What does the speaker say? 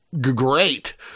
great